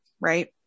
right